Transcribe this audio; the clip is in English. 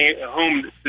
home